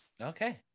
Okay